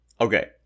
Okay